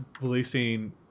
releasing